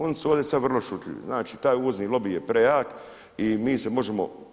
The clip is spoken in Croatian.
Oni su ovdje sada vrlo šutljivi, znači taj uvozni lobij je prejak i mi se možemo.